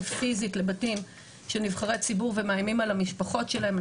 פיזית לבתים של נבחרי ציבור ומאיימים על המשפחות שלהם.